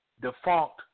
defunct